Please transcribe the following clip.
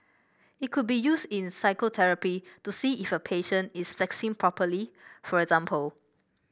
it could be used in physiotherapy to see if a patient is flexing properly for example